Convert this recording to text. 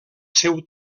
seu